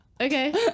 okay